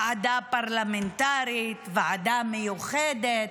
ועדה פרלמנטרית, ועדה מיוחדת,